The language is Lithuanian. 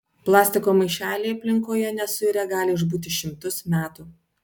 plastiko maišeliai aplinkoje nesuirę gali išbūti šimtus metų